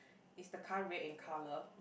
is the car red in colour